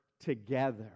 together